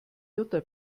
jutta